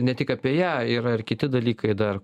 ne tik apie ją yra ir kiti dalykai dar